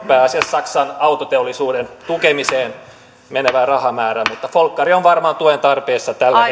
pääasiassa saksan autoteollisuuden tukemiseen menevään rahamäärään mutta volkkari on varmaan tuen tarpeessa tällä